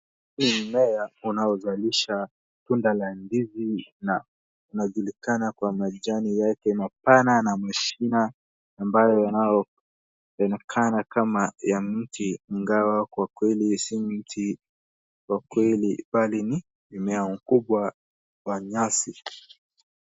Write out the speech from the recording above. Huu mmea unaozalisha tunda la ndizi, na unajulikana kwa majani yake mapana na mshina ambayo yanayoonekana kama ya mti ingawa kwa kweli si mti wa kweli, bali ni mmea mkubwa wa nyasi.